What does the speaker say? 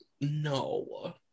No